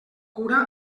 cura